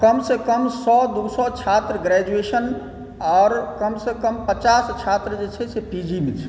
कमसे कम सए दू सए छात्र ग्रैजूएशन आओर कमसे कम पचास छात्र जे छै से पी जीमे छै